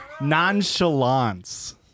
Nonchalance